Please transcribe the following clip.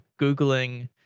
Googling